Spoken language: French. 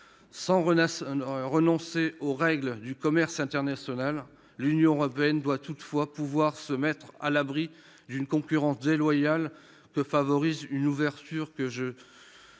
Sans renoncer aux règles du commerce international, l'Union européenne doit toutefois pouvoir se mettre à l'abri d'une concurrence déloyale, que favorise une ouverture parfois